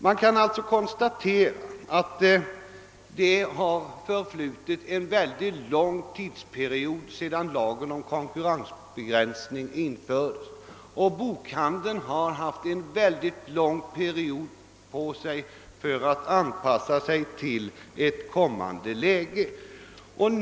Man kan alltså konstatera att det har förflutit en lång tidsperiod sedan lagen om konkurrensbegränsning infördes, och bokhandeln har haft denna tid på sig att anpassa sig till den kommande situationen.